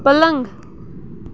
پٕلنٛگ